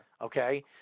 Okay